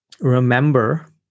Remember